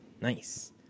Nice